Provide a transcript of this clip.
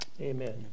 amen